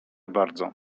bardzo